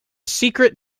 secret